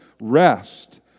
rest